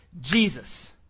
Jesus